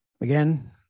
Again